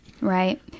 Right